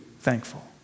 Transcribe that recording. thankful